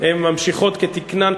ממשיכות כתקנן,